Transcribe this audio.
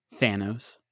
Thanos